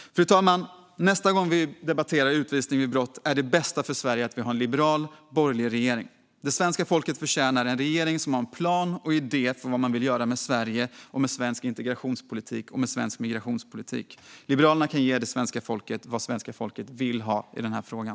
Fru talman! Nästa gång vi debatterar utvisning vid brott vore det bästa för Sverige att vi har en liberal borgerlig regering. Svenska folket förtjänar en regering som har en plan och idé för vad man vill med Sverige, svensk integrationspolitik och svensk migrationspolitik. Liberalerna kan ge svenska folket vad svenska folket vill ha i den här frågan.